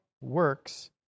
works